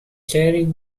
jerry